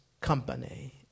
company